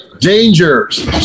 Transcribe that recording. Dangers